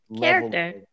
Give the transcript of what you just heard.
character